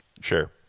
Sure